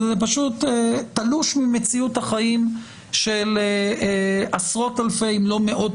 זה פשוט תלוש ממציאות החיים של עשרות אלפי אם לא מאות